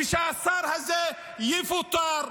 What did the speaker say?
ושהשר הזה יפוטר,